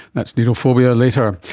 that's needle phobia, later.